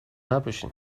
نباشین